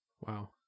Wow